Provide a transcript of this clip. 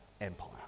empire